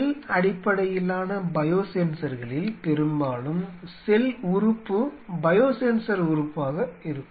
செல் அடிப்படையிலான பயோசென்சர்களில் பெரும்பாலும் செல் உறுப்பு பயோசென்சர் உறுப்பாக இருக்கும்